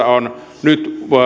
on nyt